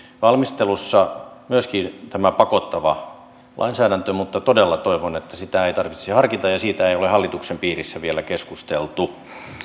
valmistelussa myöskin tämä pakottava lainsäädäntö mutta todella toivon että sitä ei tarvitsisi harkita ja siitä ei ole hallituksen piirissä vielä keskusteltu